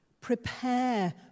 prepare